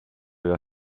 your